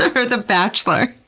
that. or the bachelor?